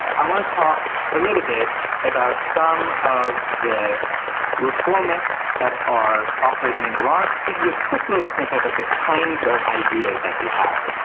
i want to talk a little bit about some of the reformists that are operating in iran. i'll give you a quick little snippet of the kinds of ideas that they have.